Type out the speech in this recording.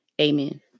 Amen